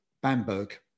Bamberg